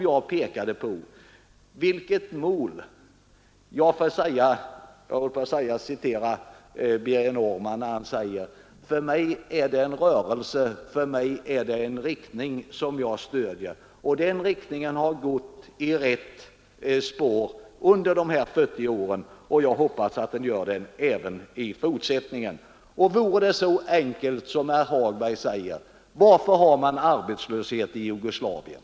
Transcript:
Jag vet inte exakt, men jag tror att det fanns 20—25 socialdemokrater i riksdagen 1908. Skyll då i stället på det borgerliga samhället, det samhälle som herr Ekinge i alla andra sammanhang slår vakt om. Det är ju ni som är skuld till att vi inte kom i gång förrän 1934.